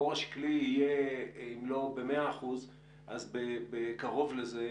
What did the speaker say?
הבור השקלי יהיה אם לא ב-100% אז קרוב לזה